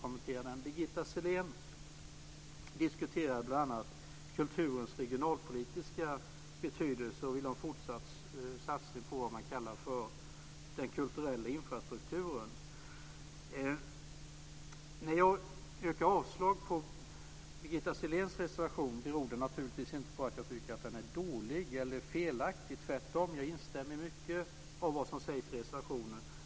Birgitta Sellén diskuterar bl.a. kulturens regionalpolitiska betydelse och vill ha fortsatt satsning på det man kallar den kulturella infrastrukturen. Att jag yrkade avslag på Birgitta Selléns reservation berodde naturligtvis inte på att jag tycker att den är dålig eller felaktig. Tvärtom, jag instämmer i mycket av det som sägs i reservationen.